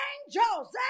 Angels